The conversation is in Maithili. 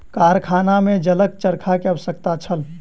कारखाना में जलक चरखा के आवश्यकता छल